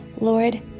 Lord